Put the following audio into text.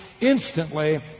instantly